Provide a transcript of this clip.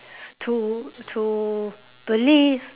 to to believe